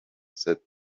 said